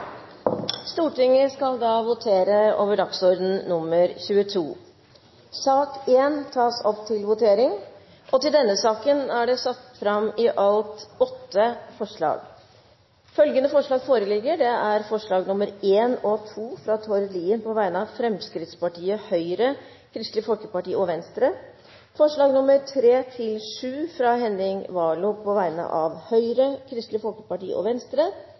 Stortinget skal da votere over sakene på dagens kart. Under debatten er det satt fram i alt åtte forslag. Det er forslagene nr. 1 og 2, fra Tord Lien på vegne av Fremskrittspartiet, Høyre, Kristelig Folkeparti og Venstre forslagene nr. 3–7, fra Henning Warloe på vegne av Høyre, Kristelig Folkeparti og Venstre